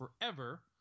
forever